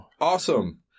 awesome